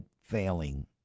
failing